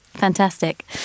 Fantastic